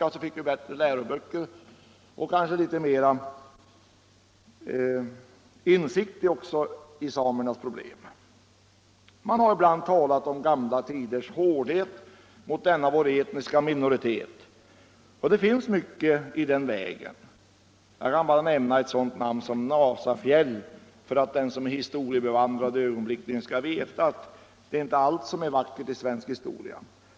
På så sätt kunde vi få bättre läroböcker och kanske litet mer insikt i samernas problem. Man har ibland talat om gamla tiders hårdhet mot denna vår etniska minoritet. Det finns mycket i den vägen. Jag behöver bara nämna ett sådant namn som Nasafjäll för att den som är historiskt bevandrad ögon blickligen skall veta att allt inte är vackert i svensk historia.